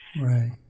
Right